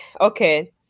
okay